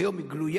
היום היא גלויה.